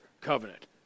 covenant